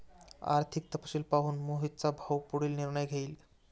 आर्थिक तपशील पाहून मोहितचा भाऊ पुढील निर्णय घेईल